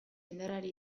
indarrari